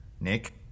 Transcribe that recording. Nick